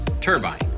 Turbine